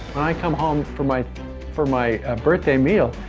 i come home for my for my birthday meal,